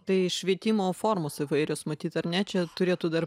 tai švietimo formos įvairios matyt ar ne čia turėtų dar